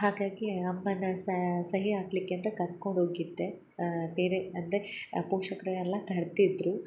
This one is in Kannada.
ಹಾಗಾಗಿ ಅಮ್ಮನ ಸಹಿ ಹಾಕ್ಲಿಕ್ಕೆ ಅಂತ ಕರ್ಕೊಂಡು ಹೋಗಿದ್ದೆ ಬೇರೆ ಅಂದರೆ ಪೋಷಕ್ರು ಎಲ್ಲ ತರ್ತಿದ್ದರು